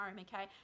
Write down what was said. okay